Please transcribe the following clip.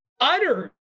utter